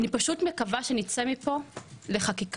אני פשוט מקווה שנצא מפה לחקיקה.